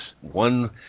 one